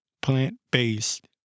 plant-based